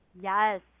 Yes